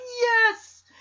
yes